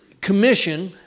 commission